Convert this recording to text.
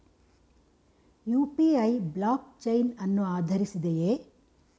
UPI blockchain ಅನ್ನು ಆಧರಿಸಿದೆಯೇ?